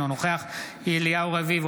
אינו נוכח אליהו רביבו,